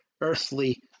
earthly